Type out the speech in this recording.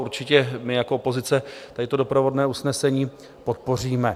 Určitě my jako opozice tady to doprovodné usnesení podpoříme.